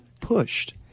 pushed